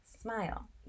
smile